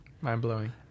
Mind-blowing